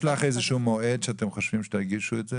יש לך איזשהו מועד שאתם חושבים שתגישו את זה?